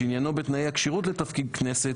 שעניינו בתנאי הכשירות לתפקיד חבר כנסת,